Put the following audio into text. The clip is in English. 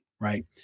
Right